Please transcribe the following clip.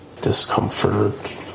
Discomfort